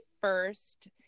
first